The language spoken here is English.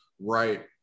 right